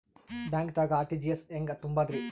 ಬ್ಯಾಂಕ್ದಾಗ ಆರ್.ಟಿ.ಜಿ.ಎಸ್ ಹೆಂಗ್ ತುಂಬಧ್ರಿ?